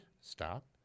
Stop